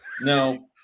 No